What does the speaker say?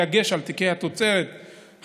בדגש על תיקי גנבת התוצרת ה"קלים",